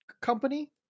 company